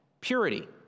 purity